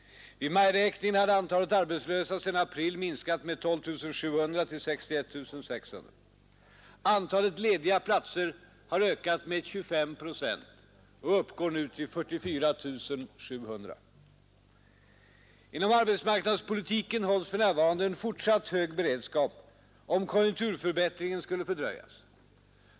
Vid majräkningen hade antalet arbetslösa sedan april minskat med 12 700 till 61 600. Antalet lediga platser har ökat med 25 procent och uppgår nu till 44 700. Inom arbetsmarknadspolitiken hålls för närvarande en fortsatt hög beredskap om konjunkturförbättringen skulle fördröjas.